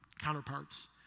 counterparts